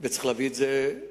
וצריך להביא את זה לקבינט,